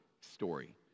story